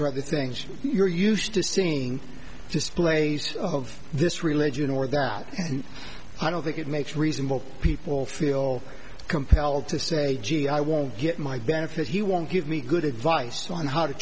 or other things you're used to seeing displays of this religion or they're out and i don't think it makes reasonable people feel compelled to say gee i won't get my benefit he won't give me good advice on how to